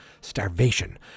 Starvation